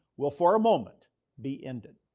will for a moment be ended.